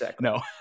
no